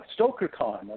StokerCon